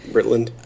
Britland